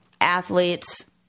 athletes